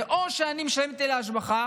זה או שאני משלמת היטלי השבחה,